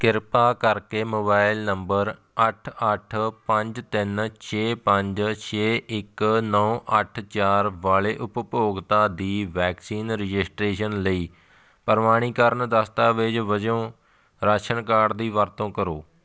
ਕਿਰਪਾ ਕਰਕੇ mobile number ਅੱਠ ਅੱਠ ਪੰਜ ਤਿੰਨ ਛੇ ਪੰਜ ਛੇ ਇੱਕ ਨੌਂ ਅੱਠ ਚਾਰ ਵਾਲੇ ਉਪਭੋਗਤਾ ਦੀ ਵੈਕਸੀਨ ਰਜਿਸਟ੍ਰੇਸ਼ਨ ਲਈ ਪ੍ਰਮਾਣੀਕਰਨ ਦਸਤਾਵੇਜ਼ ਵਜੋਂ ਰਾਸ਼ਨ ਕਾਰਡ ਦੀ ਵਰਤੋਂ ਕਰੋ